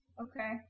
Okay